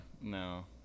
No